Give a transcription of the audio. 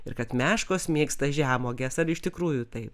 ir kad meškos mėgsta žemuoges ar iš tikrųjų taip